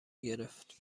گرفت